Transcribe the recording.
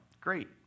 Great